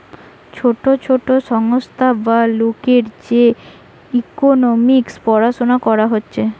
ছোট ছোট সংস্থা বা লোকের যে ইকোনোমিক্স পড়াশুনা করা হয়